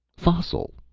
fossil.